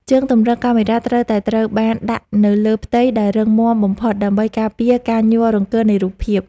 ជើងទម្រកាមេរ៉ាត្រូវតែត្រូវបានដាក់នៅលើផ្ទៃដែលរឹងមាំបំផុតដើម្បីការពារការញ័ររង្គើនៃរូបភាព។